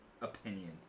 opinion